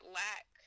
lack